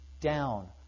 down